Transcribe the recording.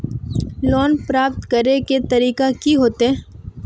Loan प्राप्त करे के तरीका की होते?